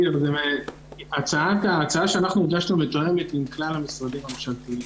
ההצעה שאנחנו הגשנו עם כלל המשרדים הממשלתיים.